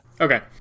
Okay